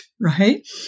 right